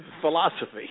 philosophy